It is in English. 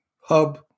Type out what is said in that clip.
hub